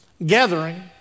Gathering